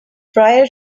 prior